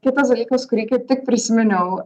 kitas dalykas kurį kaip tik prisiminiau